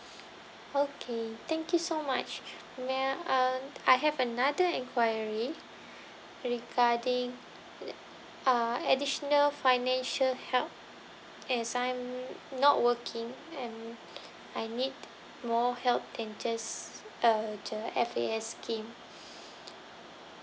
okay thank you so much may I uh I have another enquiry regarding uh uh additional financial help as I am not working and I need more help than just uh the F_A_S scheme